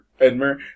Edmer